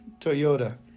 Toyota